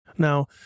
Now